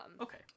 okay